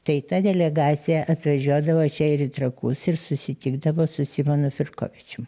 tai ta delegacija atvažiuodavo čia ir į trakus ir susitikdavo su simonu firkovičium